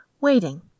waiting